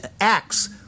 acts